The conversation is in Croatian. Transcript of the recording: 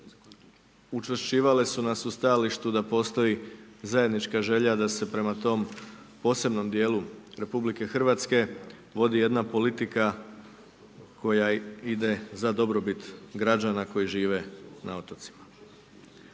učvršćivale su nas u stajalištu da postoji zajednička želja da se prema tome, posebnom dijelu RH vodi jedna politika koja ide za dobrobit građana koji žive na otocima.